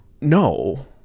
no